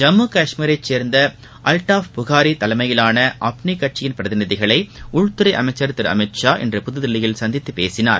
ஜம்மு காஷ்மீரை சேர்ந்த அல்டாப் புகாரி தலைமையிலான அப்னி கட்சி பிரதிநிதிகளை உள்துறை அமைச்சர் திரு அமித்ஷா இன்று புதுதில்லியில் சந்தித்து பேசினார்